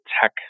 tech